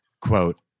quote